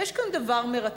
ויש כאן דבר מרתק.